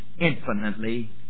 infinitely